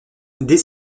dès